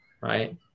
right